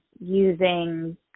using